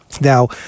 Now